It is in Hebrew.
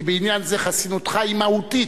כי בעניין זה חסינותך היא מהותית.